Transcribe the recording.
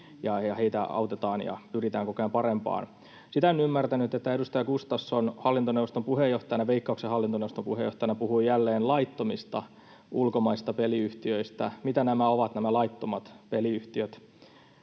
heitä autetaan ja pyritään koko ajan parempaan. Sitä en ymmärtänyt, että edustaja Gustafsson Veikkauksen hallintoneuvoston puheenjohtajana puhui jälleen laittomista ulkomaisista peliyhtiöistä. Mitä ovat nämä laittomat peliyhtiöt?